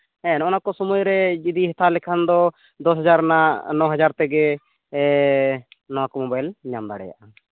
ᱦᱮᱸ ᱱᱚᱜᱼᱚ ᱱᱚᱣᱟ ᱠᱚ ᱥᱚᱢᱚᱭ ᱨᱮ ᱡᱩᱫᱤ ᱦᱟᱛᱟᱣ ᱞᱮᱠᱷᱟᱱ ᱫᱚ ᱫᱚᱥ ᱦᱟᱡᱟᱨ ᱨᱮᱱᱟᱜ ᱱᱚ ᱦᱟᱟᱨ ᱛᱮᱜᱮ ᱱᱚᱣᱟ ᱠᱚ ᱢᱳᱵᱟᱭᱤᱞ ᱧᱟᱢ ᱫᱟᱲᱮᱭᱟᱜᱼᱟ